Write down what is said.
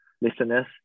listeners